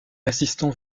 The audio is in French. assistons